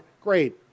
great